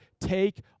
take